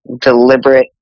deliberate